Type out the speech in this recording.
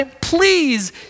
please